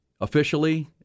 officially